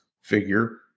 figure